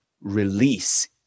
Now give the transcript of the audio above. release